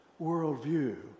worldview